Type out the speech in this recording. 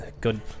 Good